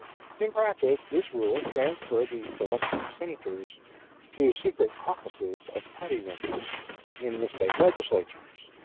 in practice this rule transferred the selection of senators to secret caucuses of party members in the state legislatures.